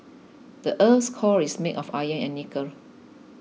the earth's core is made of iron and nickel